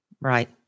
Right